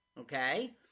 Okay